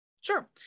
Sure